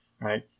right